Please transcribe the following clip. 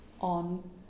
on